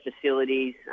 facilities